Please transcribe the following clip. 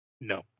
No